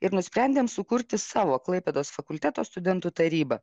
ir nusprendėm sukurti savo klaipėdos fakulteto studentų tarybą